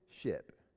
ship